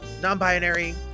non-binary